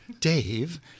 Dave